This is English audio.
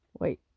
Wait